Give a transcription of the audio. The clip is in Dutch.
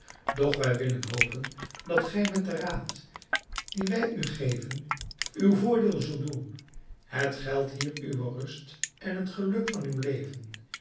doch wij willen hopen dat gij met den raad dien wij u geven uw voordeel zult doen het geldt hier uwe rust en het geluk van uw leven